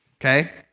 Okay